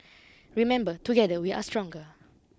remember together we are stronger